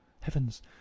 Heavens